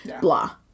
blah